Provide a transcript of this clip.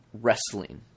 wrestling